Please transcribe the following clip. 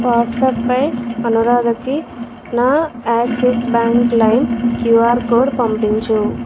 WhatsApp పై అనురాధకి నా యాక్సిస్ బ్యాంక్ లైమ్ క్యూ ఆర్ కోడ్ పంపించు